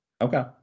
Okay